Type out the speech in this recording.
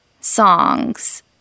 songs